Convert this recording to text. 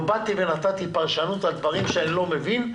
לא באתי ונתתי פרשנות על דברים שאני לא מבין,